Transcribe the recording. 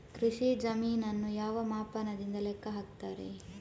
ಕೃಷಿ ಜಮೀನನ್ನು ಯಾವ ಮಾಪನದಿಂದ ಲೆಕ್ಕ ಹಾಕ್ತರೆ?